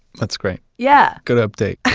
that's great. yeah. good update.